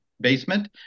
basement